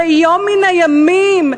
ביום מן הימים,